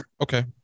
Okay